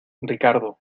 ricardo